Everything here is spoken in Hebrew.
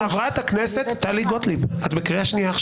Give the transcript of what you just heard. חברת הכנסת טלי גוטליב, את בקריאה שנייה.